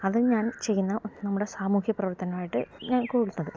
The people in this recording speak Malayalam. അത് ഞാൻ ചെയ്യുന്ന നമ്മുടെ സാമൂഹ്യ പ്രവർത്തനമായിട്ട് ഞാൻ കൂട്ടുന്നത്